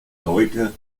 leute